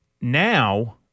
now